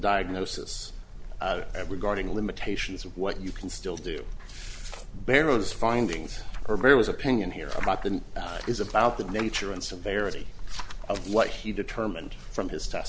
diagnosis regarding limitations of what you can still do barrow's findings are very was opinion here about the is about the nature and severity of what he determined from his